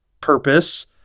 purpose